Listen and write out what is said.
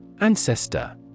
Ancestor